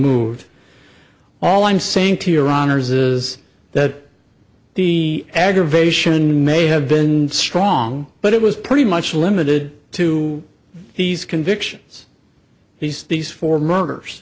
moved all i'm saying to your honor's is that the aggravation may have been strong but it was pretty much limited to these convictions these these four murders